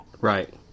Right